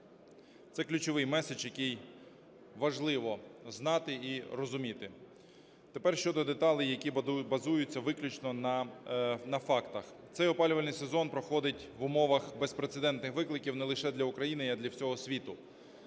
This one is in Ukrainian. Це ключовий месседж, який важливо знати і розуміти. Тепер щодо деталей, які базуються виключно на фактах. Цей опалювальний сезон проходить в умовах безпрецедентних викликів не лише для України, а і для всього світу.